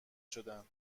شدن